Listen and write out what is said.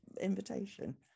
invitation